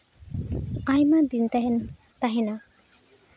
ᱟᱭᱢᱟ ᱫᱤᱱ ᱛᱟᱦᱮᱱ ᱛᱟᱦᱮᱱᱟ